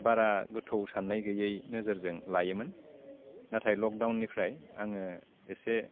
बारा गोथौ साननाय गैयै नोजोरजों लायोमोन नाथाय लकडाउननिफ्राय आङो एसे